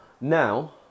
now